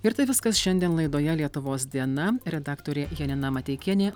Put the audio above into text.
ir tai viskas šiandien laidoje lietuvos diena redaktorė janina mateikienė